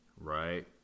right